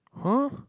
!huh!